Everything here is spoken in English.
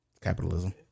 Capitalism